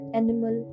animal